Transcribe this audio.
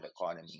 economy